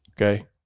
Okay